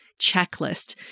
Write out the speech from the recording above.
checklist